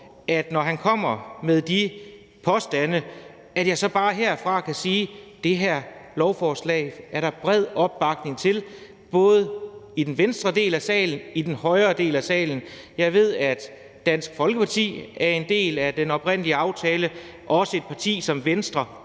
når han kommer med de påstande, så bare herfra kan sige: Det her lovforslag er der bred opbakning til, både i den venstre del af salen og i den højre del af salen. Jeg ved, at Dansk Folkeparti er en del af den oprindelige aftale, og også et parti som Venstre,